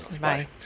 Bye